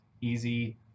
easy